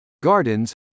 gardens